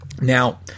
Now